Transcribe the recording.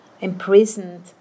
imprisoned